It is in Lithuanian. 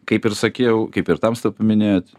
kaip ir sakiau kaip ir tamsta paminėjot